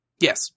Yes